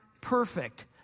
perfect